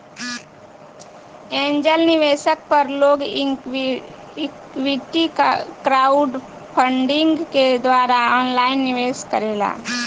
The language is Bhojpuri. एंजेल निवेशक पर लोग इक्विटी क्राउडफण्डिंग के द्वारा ऑनलाइन निवेश करेला